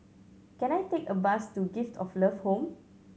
can I take a bus to Gift of Love Home